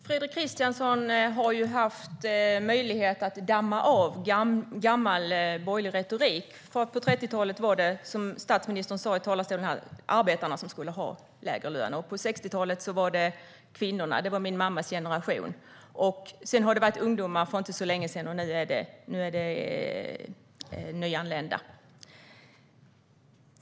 Herr talman! Fredrik Christensson har haft möjlighet att damma av gammal borgerlig retorik. På 30-talet var det, som statsministern sa i talarstolen, arbetarna som skulle ha lägre lön. På 60-talet var det kvinnorna, min mammas generation. För inte så länge sedan var det ungdomar. Nu är det nyanlända.